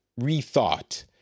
rethought